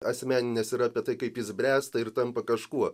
asmeninis yra apie tai kaip jis bręsta ir tampa kažkuo